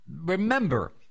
Remember